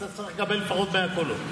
אז אתה צריך לקבל לפחות 100 קולות?